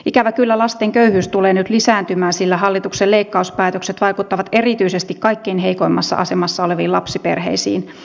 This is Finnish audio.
ikävä kyllä lasten köyhyys tulee nyt lisääntymään sillä hallituksen leikkauspäätökset vaikuttavat erityisesti kaikkein heikoimmassa asemassa oleviin lapsiperheisiin